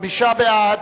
חמישה בעד,